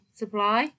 supply